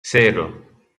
cero